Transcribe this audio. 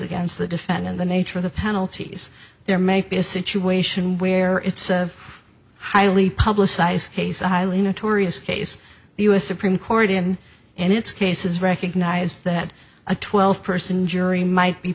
against the defendant the nature of the penalties there may be a situation where it's highly publicized case a highly notorious case the u s supreme court in and its cases recognize that a twelve person jury might be